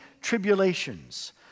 tribulations